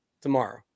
tomorrow